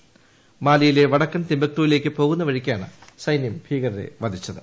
പ്ര്രഫഞ്ച് മാലിയിലെ വടക്കൻ തിംബക്തൂവിലേക്ക് പോകുന്നവഴിക്കാണ് സൈന്യം ഭീകരരെ വധിച്ചത്